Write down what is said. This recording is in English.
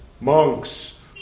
Monks